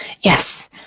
Yes